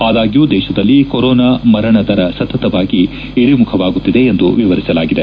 ಆದಾಗ್ಲೂ ದೇಶದಲ್ಲಿ ಕೊರೋನಾ ಮರಣ ದರ ಸತತವಾಗಿ ಇಳಿಮುಖವಾಗುತ್ತಿದೆ ಎಂದು ವಿವರಿಸಲಾಗಿದೆ